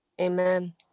Amen